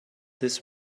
this